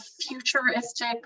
futuristic